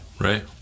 Right